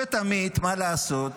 השופט עמית, מה לעשות,